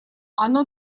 оно